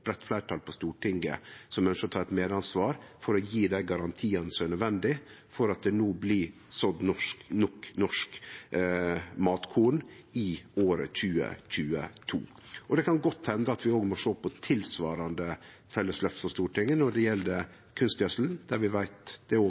breitt fleirtal på Stortinget som ønskjer å ta eit medansvar for å gje dei garantiane som er nødvendige for at det no blir sådd nok norsk matkorn i 2022. Det kan godt hende vi òg må sjå på tilsvarande felles løft frå Stortinget når det gjeld kunstgjødsel, der vi veit det er ein tilsvarande krevjande produksjon, og